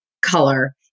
color